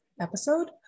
episode